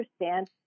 understand